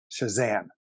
Shazam